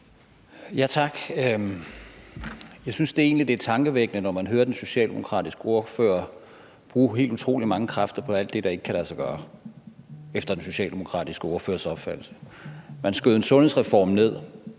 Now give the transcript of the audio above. (V): Tak. Jeg synes egentlig, det er tankevækkende, når man hører den socialdemokratiske ordfører bruge helt utrolig mange kræfter på alt det, der ikke kan lade sig gøre efter den socialdemokratiske ordførers opfattelse. Man skød en sundhedsreform ned,